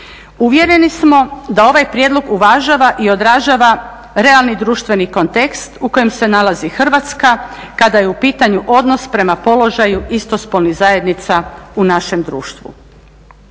Uvjereni smo da ovaj prijedlog uvažava i odražava realni društveni kontekst u kojem se nalazi Hrvatska kada je u pitanju odnos prema položaju istospolnih zajednica u našem društvu.